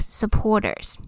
supporters